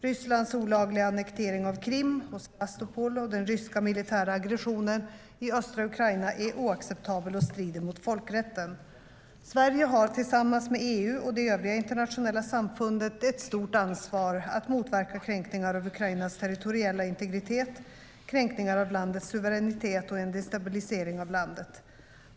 Rysslands olagliga annektering av Krim och Sevastopol och den ryska militära aggressionen i östra Ukraina är oacceptabel och strider mot folkrätten. Sverige har tillsammans med EU och det övriga internationella samfundet ett stort ansvar att motverka kränkningar av Ukrainas territoriella integritet, kränkningar av landets suveränitet och en destabilisering av landet.